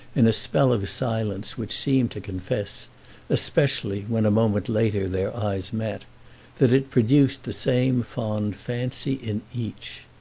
in a spell of silence which seemed to confess especially when, a moment later, their eyes met that it produced the same fond fancy in each.